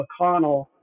McConnell